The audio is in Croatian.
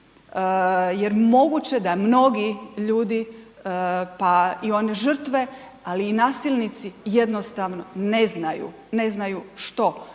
jer moguće da mnogi ljudi pa i one žrtve ali i nasilnici jednostavno ne znaju,